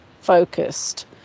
focused